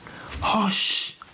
Hush